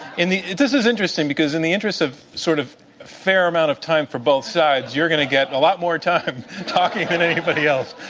in the this is interesting, because in the interests of sort of a fair amount of time for both sides, you're going to get a lot more time talking than anybody else.